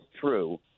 true